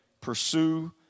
pursue